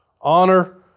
honor